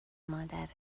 مادره